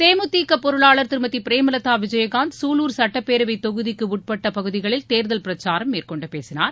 தேமுதிக பொருளாளர் திருமதி பிரேமலதா விஜயகாந்த் சூலூர் சட்டப்பேரவை தொகுதிக்குட்பட்ட தொகுதிகளில் தேர்தல் பிரச்சாரம் மேற்கொண்டு பேசினார்